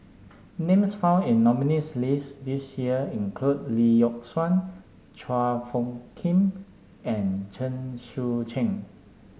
names found in the nominees' list this year include Lee Yock Suan Chua Phung Kim and Chen Sucheng